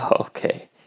Okay